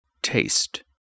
Taste